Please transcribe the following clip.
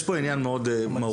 יש פה עניין מאוד מהותי.